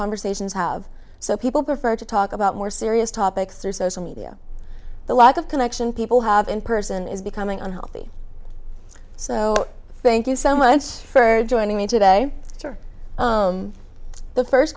conversations have so people prefer to talk about more serious topics or social media the lack of connection people have in person is becoming unhealthy so thank you so much for joining me today for the first